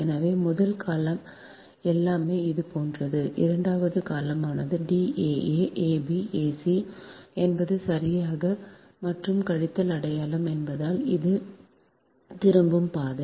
எனவே முதல் கால எல்லாமே இது போன்றது இரண்டாவது காலமானது D aa ab ac என்பது சரியானது மற்றும் கழித்தல் அடையாளம் என்பதால் இது திரும்பும் பாதை